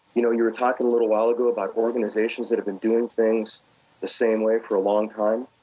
you know you were talking a little while ago about organizations that have been doing things the same way for a long time?